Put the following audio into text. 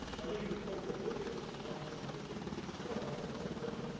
i think the social distance is nonsense anyway, i don't have a problem saying,